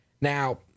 Now